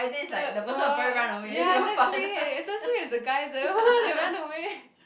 what ya exactly especially if the guy run away